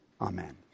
Amen